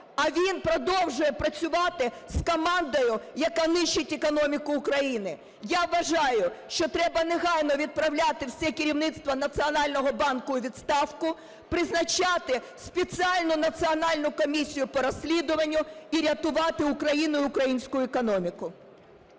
а він продовжує працювати з командою, яка нищить економіку України. Я вважаю, що треба негайно відправляти все керівництво Національного банку у відставку, призначати спеціальну національну комісію по розслідуванню і рятувати Україну і українську економіку.